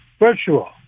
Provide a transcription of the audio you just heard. virtual